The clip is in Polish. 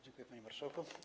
Dziękuję, panie marszałku.